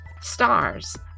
stars